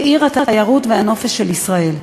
כעיר התיירות והנופש של ישראל.